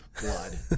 blood